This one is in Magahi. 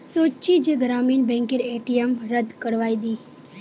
सोच छि जे ग्रामीण बैंकेर ए.टी.एम रद्द करवइ दी